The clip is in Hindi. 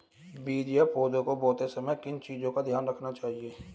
बीज या पौधे को बोते समय किन चीज़ों का ध्यान रखना चाहिए?